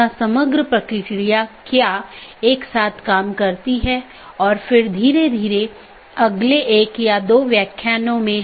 वर्तमान में BGP का लोकप्रिय संस्करण BGP4 है जो कि एक IETF मानक प्रोटोकॉल है